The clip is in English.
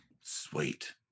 Sweet